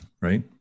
Right